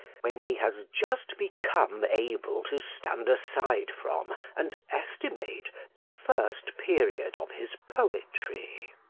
when he has just become able to stand aside from and estimate the first period of his poetry.